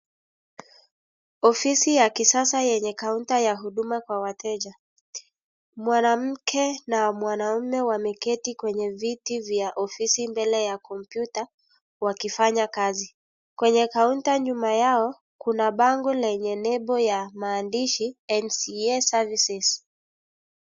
Ofisi ya kisasa yenye kaunta ya huduma kwa wateja. Mwanamke na mwanaume wameketi kwenye viti vya ofisi mbele ya computer wakifanya kasi kwenye kaunta nyuma yao kuna bango lenye lebo ya maandishi NCA Services